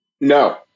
No